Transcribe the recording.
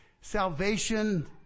salvation